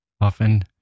often